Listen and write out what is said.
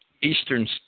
Eastern